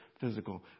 physical